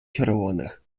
червоних